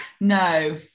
No